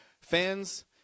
Fans